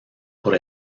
por